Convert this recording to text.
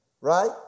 right